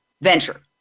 venture